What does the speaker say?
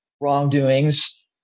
wrongdoings